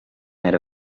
had